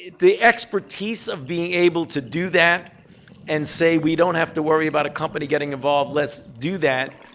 the expertise of being able to do that and say we don't have to worry about a company getting involved, let's do that,